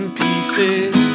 pieces